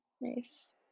Nice